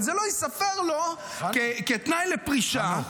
אבל זה לא ייספר לו כתנאי לפרישה,